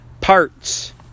parts